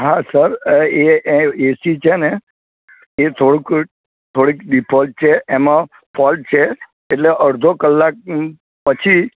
હા સર એ એ એસી છે ને એ થોડુંક થોડીક ડિફોલ્ટ છે એમાં ફોલ્ટ છે એટલે અડધો કલાક પછી